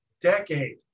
decade